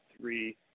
three